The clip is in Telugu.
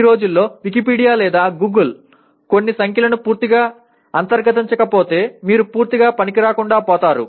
ఈ రోజుల్లో వికీపీడియా లేదా గూగుల్ కొన్ని సంఖ్యలను పూర్తిగా అంతర్గతీకరించకపోతే మీరు పూర్తిగా పనికిరాకుండా పోతారు